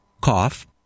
cough